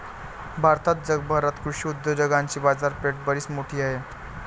भारतात आणि जगभरात कृषी उद्योगाची बाजारपेठ बरीच मोठी आहे